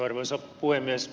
arvoisa puhemies